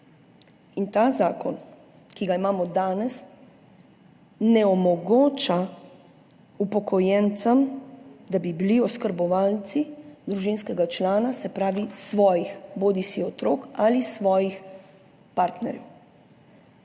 In ta zakon, ki ga imamo danes, ne omogoča upokojencem, da bi bili oskrbovanci družinskega člana, se pravi bodisi svojih otrok ali svojih partnerjev.